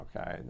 Okay